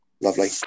Lovely